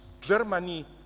Germany